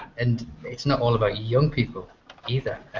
and, it's not all about young people either.